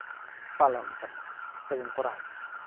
ᱯᱟᱞᱚᱱᱮᱫ ᱠᱟᱱᱟ ᱥᱮᱵᱚᱱ ᱠᱚᱨᱟᱣᱮᱫᱟ